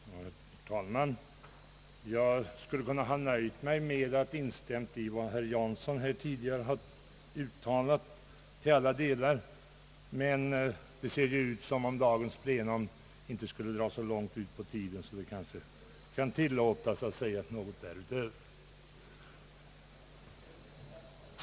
Herr talman! Jag skulle ha kunnat nöja mig med att i alla delar instämma i vad herr Jansson här tidigare har uttalat, men eftersom det ser ut som om dagens plenum inte kommer att draga ut på tiden så långt kanske det kan tillåtas att jag säger något ytterligare.